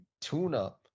tune-up